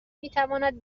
میتواند